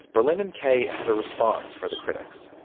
berlin and kay had a response for the critics.